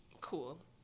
Cool